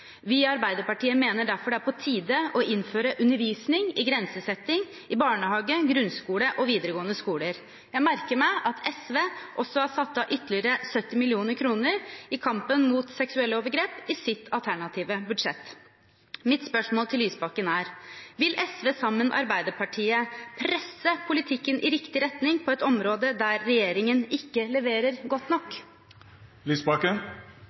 Vi i Arbeiderpartiet mener derfor det er på tide å innføre undervisning i grensesetting i barnehage, grunnskole og videregående skole. Jeg merker meg at SV også har satt av ytterligere 70 mill. kr i kampen mot seksuelle overgrep i sitt alternative budsjett. Mitt spørsmål til Lysbakken er: Vil SV sammen med Arbeiderpartiet presse politikken i riktig retning på et område der regjeringen ikke leverer godt